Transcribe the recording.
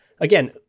Again